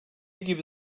gibi